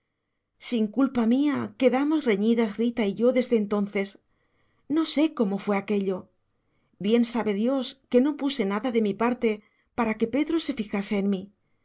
sin culpa mía quedamos reñidas rita y yo desde entonces no sé cómo fue aquello bien sabe dios que no puse nada de mi parte para que pedro se fijase en mí